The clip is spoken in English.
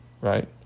right